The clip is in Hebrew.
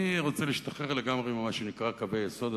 אני רוצה להשתחרר לגמרי ממה שנקרא "קווי יסוד",